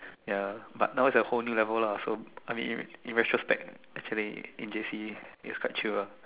ya but now is a whole new level lah so I mean in retrospect actually in J_C is quite chill lah